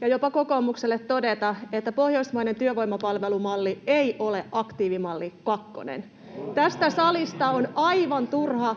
ja jopa kokoomukselle todeta, että pohjoismainen työvoimapalvelumalli ei ole aktiivimalli kakkonen. [Oikealta: On!] Tästä salista on aivan turha